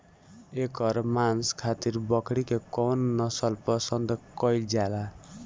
एकर मांस खातिर बकरी के कौन नस्ल पसंद कईल जाले?